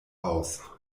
aus